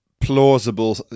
Plausible